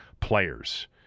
players